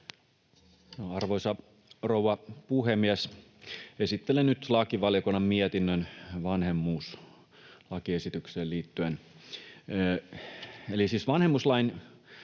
Arvoisa rouva puhemies! Esittelen nyt lakivaliokunnan mietinnön vanhemmuuslakiesitykseen liittyen.